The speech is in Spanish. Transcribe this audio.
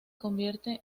convierte